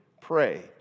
pray